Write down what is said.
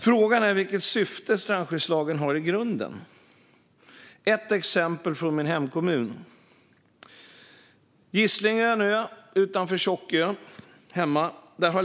Frågan är vilket syfte strandskyddslagen har i grunden. Jag har ett exempel från min hemkommun. Gisslingö är en ö utanför Tjockö.